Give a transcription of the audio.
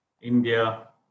India